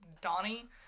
Donnie